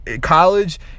college